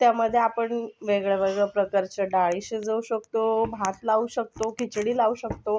त्यामध्ये आपण वेगळ्या वेगळ्या प्रकारच्या डाळी शिजवू शकतो भात लावू शकतो खिचडी लावू शकतो